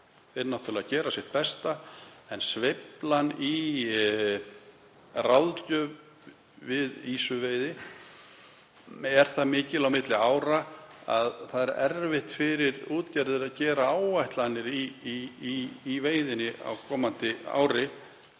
Þeir eru náttúrlega að gera sitt besta en sveiflan í ráðgjöf við ýsuveiði er það mikil á milli ára að það er erfitt fyrir útgerðir að gera áætlanir í veiðinni á komandi ári